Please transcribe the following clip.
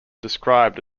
described